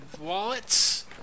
wallets